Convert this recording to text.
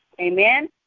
Amen